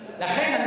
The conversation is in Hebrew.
לכן,